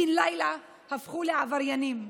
בן לילה הפכו לעבריינים.